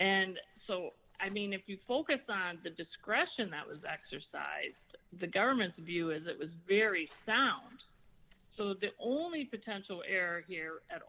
and so i mean if you focus on the discretion that was exercised the government's view is it was very sound so the only potential air here at